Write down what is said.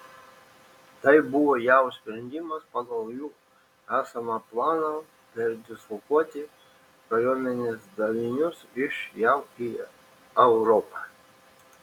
tai buvo jav sprendimas pagal jų esamą planą perdislokuoti kariuomenės dalinius iš jav į europą